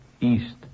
East